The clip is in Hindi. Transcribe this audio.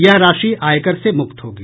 ये राशि आयकर से मुक्त होगी